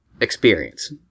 experience